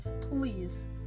please